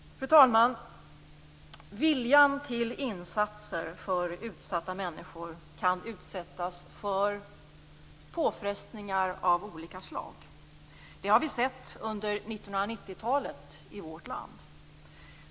Fru talman! Viljan till insatser för utsatta människor kan utsättas för påfrestningar av olika slag. Det har vi sett under 1990-talet i vårt land.